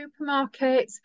supermarkets